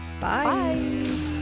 Bye